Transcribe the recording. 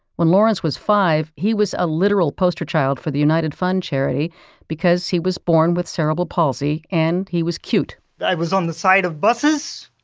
when lawrence was five, he was a literal poster child for the united fund charity because he was born with cerebral palsy, and he was cute i was on the side of buses.